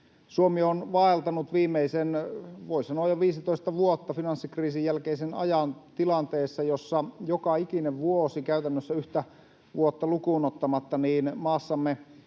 Suomi on vaeltanut jo viimeiset, voi sanoa, 15 vuotta, finanssikriisin jälkeisen ajan, tilanteessa, jossa joka ikinen vuosi käytännössä yhtä vuotta lukuun ottamatta maassamme